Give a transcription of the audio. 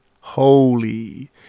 holy